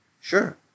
Sure